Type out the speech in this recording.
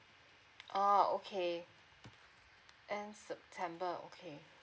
oh okay end september okay